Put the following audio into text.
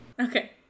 okay